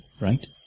right